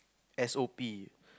S O P